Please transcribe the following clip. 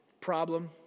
problem